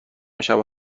شبو